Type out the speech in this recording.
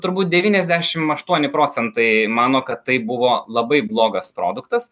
turbūt devyniasdešim aštuoni procentai mano kad tai buvo labai blogas produktas